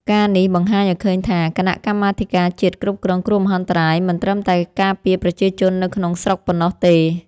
ការណ៍នេះបង្ហាញឱ្យឃើញថា គណៈកម្មាធិការជាតិគ្រប់គ្រងគ្រោះមហន្តរាយមិនត្រឹមតែការពារប្រជាជននៅក្នុងស្រុកប៉ុណ្ណោះទេ។